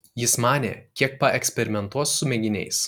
jis manė kiek paeksperimentuos su mėginiais